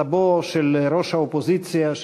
סבו של ראש האופוזיציה,